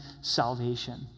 salvation